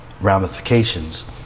ramifications